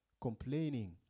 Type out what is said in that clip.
complaining